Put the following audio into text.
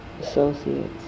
associates